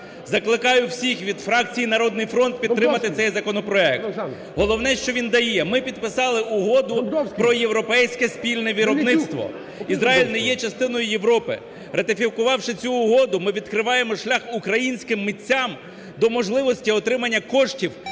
Закликаю всіх від фракції "Народний фронт" підтримати цей законопроект. Головне, що він дає – ми підписали Угоду про європейське спільне виробництво. Ізраїль не є частиною Європи. Ратифікувавши цю угоду, ми відкриваємо шлях українським митцям до можливості отримання коштів